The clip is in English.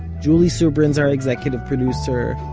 julie subrin's our executive producer.